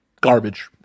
Garbage